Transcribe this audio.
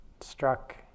struck